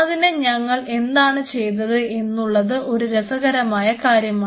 അതിന് ഞങ്ങൾ എന്താണ് ചെയ്തത് എന്നുള്ളത് ഒരു രസകരമായ കാര്യമാണ്